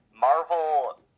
Marvel